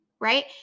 Right